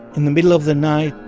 in the middle of the night,